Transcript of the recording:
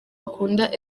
akunda